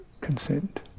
consent